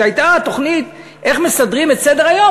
כשהייתה תוכנית איך מסדרים את סדר-היום,